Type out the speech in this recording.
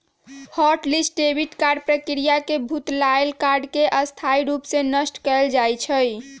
hot list debit card प्रक्रिया से भुतलायल कार्ड के स्थाई रूप से नष्ट कएल जाइ छइ